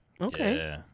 Okay